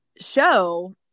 show